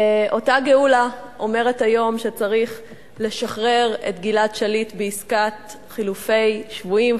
אותה גאולה אומרת היום שצריך לשחרר את גלעד שליט בעסקת חילופי שבויים,